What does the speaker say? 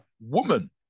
woman